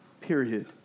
Period